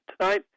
Tonight